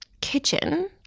kitchen